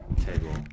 table